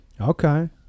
Okay